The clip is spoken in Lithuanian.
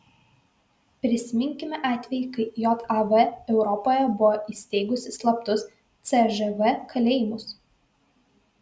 prisiminkime atvejį kai jav europoje buvo įsteigusi slaptus cžv kalėjimus